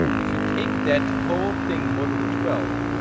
if you take that whole thing modulo twelve.